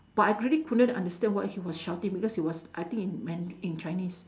but I really couldn't understand what he was shouting because it was I think in man~ in chinese